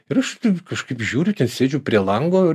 ir taip kažkaip žiūriu ten sėdžiu prie lango